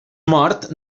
mort